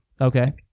Okay